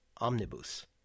omnibus